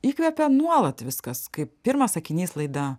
įkvepia nuolat viskas kaip pirmas sakinys laida